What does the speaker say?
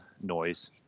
noise